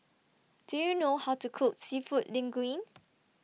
Do YOU know How to Cook Seafood Linguine